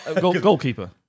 Goalkeeper